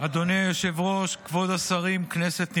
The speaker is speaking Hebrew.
אדוני היושב-ראש, כבוד השרים, כנסת נכבדה,